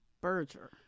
Berger